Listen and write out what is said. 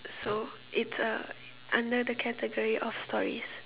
so it's a under the category of stories